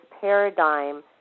paradigm